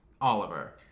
Oliver